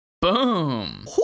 Boom